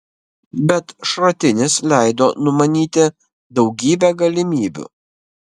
bet šratinis leido numanyti daugybę galimybių